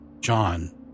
John